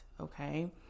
okay